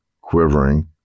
quivering